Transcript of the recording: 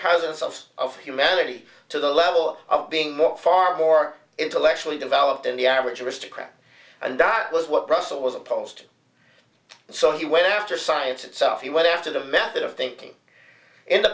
presence of of humanity to the level of being more far more intellectually developed and the average aristocrat and diet was what russell was opposed so he went after science itself he went after the method of thinking in the